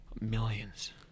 millions